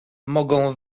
mogą